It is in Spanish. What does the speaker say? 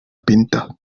pinta